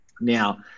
Now